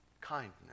Kindness